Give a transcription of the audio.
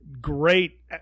great